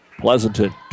Pleasanton